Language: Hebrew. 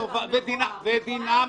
לא דבר מכוער.